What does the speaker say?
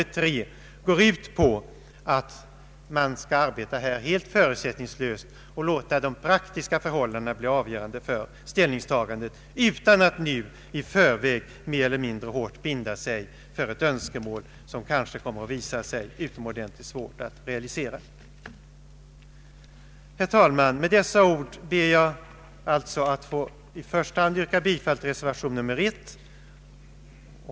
Reservation III går ut på att man i denna fråga skall arbeta helt förutsättningslöst och låta de praktiska förhållandena bli avgörande för ställningstagandet utan att nu i förväg mer eller mindre hårt binda sig för ett önskemål som kanske kommer att visa sig vara utomordentligt svårt att realisera. Herr talman! Med dessa ord ber jag att få i första hand yrka bifall till reservation I.